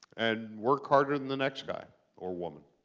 and work harder than the next guy or woman.